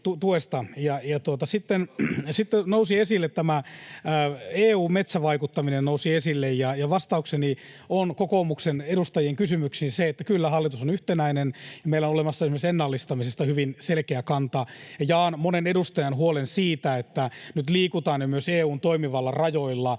tämä EU:n metsävaikuttaminen, ja vastaukseni kokoomuksen edustajien kysymyksiin on se, että kyllä, hallitus on yhtenäinen ja meillä on olemassa esimerkiksi ennallistamisesta hyvin selkeä kanta. Jaan monen edustajan huolen siitä, että nyt liikutaan jo myös EU:n toimivallan rajoilla.